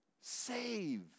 save